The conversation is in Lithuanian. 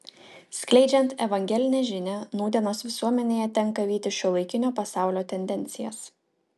skleidžiant evangelinę žinią nūdienos visuomenėje tenka vytis šiuolaikinio pasaulio tendencijas